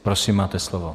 Prosím, máte slovo.